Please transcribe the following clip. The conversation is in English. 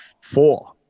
four